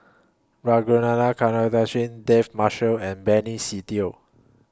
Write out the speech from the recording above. Ragunathar David Marshall and Benny Se Teo